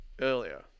earlier